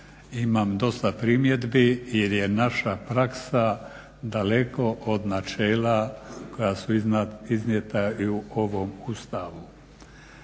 imam dosta primjedbi jer je naša praksa daleko od načela koja su iznijeta u ovom Ustavu.